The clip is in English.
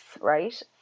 right